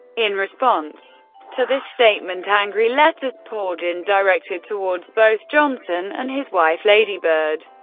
in response to this statement, angry letters poured in directed towards both johnson and his wife, lady bird,